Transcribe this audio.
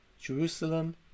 Jerusalem